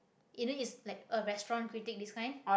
you know is like a restaurant critic this kind